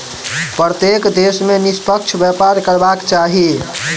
प्रत्येक देश के निष्पक्ष व्यापार करबाक चाही